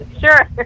Sure